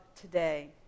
today